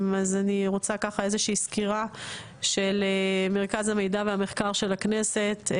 אז אני רוצה ככה איזושהי סקירה של מחקר המידע והמחקר של הכנסת.